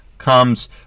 comes